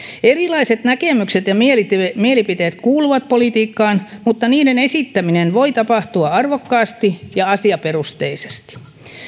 erilaiset näkemykset ja mielipiteet kuuluvat politiikkaan mutta niiden esittäminen voi tapahtua arvokkaasti ja asiaperusteisesti